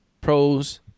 pros